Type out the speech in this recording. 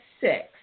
six